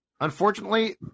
unfortunately